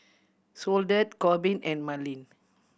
Soledad Korbin and Marlin